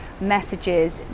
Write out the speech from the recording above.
messages